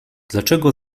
dlaczego